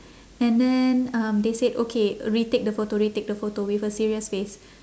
and then um they said okay retake the photo retake the photo with a serious face